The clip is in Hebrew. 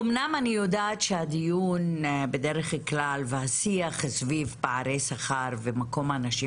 אמנם אני יודעת שהדיון והשיח בדרך כלל סביב פערי שכר ומקום הנשים